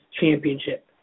Championship